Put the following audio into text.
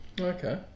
Okay